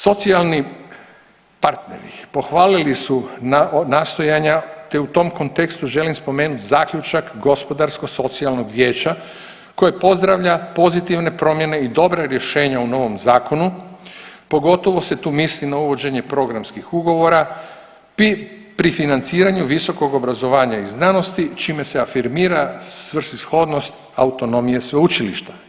Socijalni partneri pohvalili su nastojanja, te u tom kontekstu želim spomenut zaključak gospodarsko socijalnog vijeća koji pozdravlja pozitivne promjene i dobra rješenja u novom zakonu, pogotovo se tu misli na uvođenje programskih ugovora pri financiranju visokog obrazovanja i znanosti čime se afirmira svrsishodnost autonomije sveučilišta.